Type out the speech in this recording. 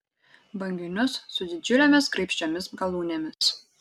banginius su didžiulėmis graibščiomis galūnėmis